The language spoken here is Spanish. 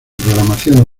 programación